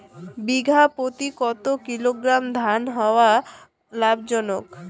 বিঘা প্রতি কতো কিলোগ্রাম ধান হওয়া লাভজনক?